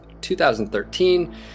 2013